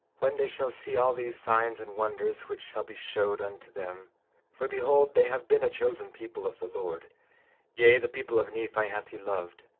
when they shall see all these signs and wonders which shall be showed unto them for behold, they have been a chosen people of the lord yea, the people of nephi hath he loved,